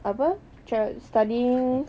apa try studying